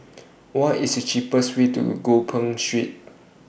What IS The cheapest Way to Gopeng Street